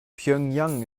pjöngjang